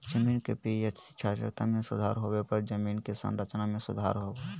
जमीन के पी.एच क्षारीयता में सुधार होबो हइ जमीन के संरचना में सुधार होबो हइ